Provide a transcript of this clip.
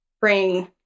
bring